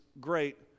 great